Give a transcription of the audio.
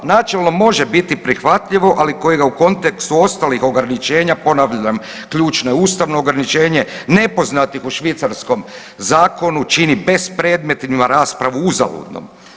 Načelno može biti prihvatljivo, ali kojega u kontekstu ostalih ograničenja, ponavljam, ključno je ustavno ograničenje, nepoznatih u švicarskom zakonu čini bespredmetnima raspravu uzaludnom.